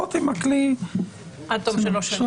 דיווח כדי לראות אם הכלי --- עד תום שלוש שנים.